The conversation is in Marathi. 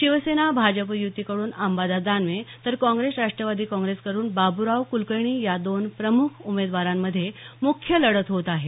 शिवसेना भाजप युतीकडून अंबादास दानवे तर काँग्रेस राष्ट्रवादी काँग्रेसकडून बाबूराव कुलकर्णी या दोन प्रमुख उमेदवारांमध्ये मुख्य लढत होत आहे